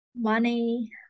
money